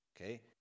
Okay